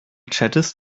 chattest